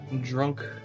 drunk